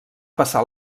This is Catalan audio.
passar